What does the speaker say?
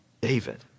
David